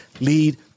lead